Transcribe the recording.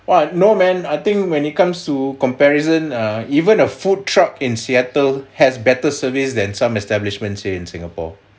what no man I think when it comes to comparison err even a food truck in seattle has better service than some establishments in singapore